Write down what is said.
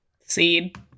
Seed